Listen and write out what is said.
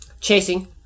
Chasing